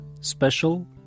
Special